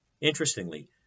interestingly